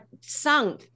sung